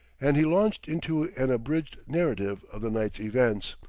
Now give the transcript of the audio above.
and he launched into an abridged narrative of the night's events,